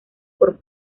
por